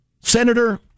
Senator